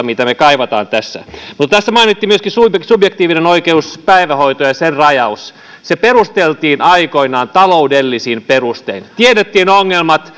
mitä me kaipaamme eli vähemmän eriarvoisuutta tässä mainittiin myöskin subjektiivinen oikeus päivähoitoon ja sen rajaus se perusteltiin aikoinaan taloudellisin perustein tiedettiin ongelmat